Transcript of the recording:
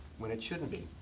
when it shouldn't be.